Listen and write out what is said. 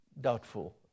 doubtful